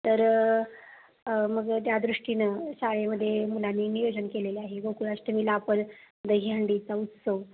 तर मग त्या दृष्टीनं शाळेमध्ये मुलांनी नियोजन केलेले आहे गोकुळाष्टमीला आपण दहीहंडीचा उत्सव